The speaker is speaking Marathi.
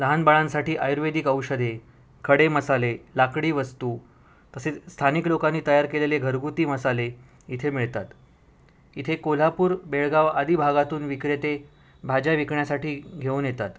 लहान बाळांसाठी आयुर्वेदिक औषधे खडे मसाले लाकडी वस्तू तसेच स्थानिक लोकांनी तयार केलेले घरगुती मसाले इथे मिळतात इथे कोल्हापूर बेळगाव आदी भागातून विक्रेते भाज्या विकण्यासाठी घेऊन येतात